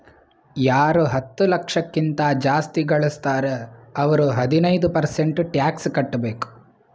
ಯಾರು ಹತ್ತ ಲಕ್ಷ ಕಿಂತಾ ಜಾಸ್ತಿ ಘಳುಸ್ತಾರ್ ಅವ್ರು ಹದಿನೈದ್ ಪರ್ಸೆಂಟ್ ಟ್ಯಾಕ್ಸ್ ಕಟ್ಟಬೇಕ್